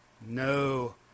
No